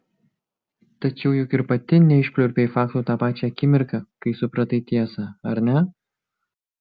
tačiau juk ir pati neišpliurpei faktų tą pačią akimirką kai supratai tiesą ar ne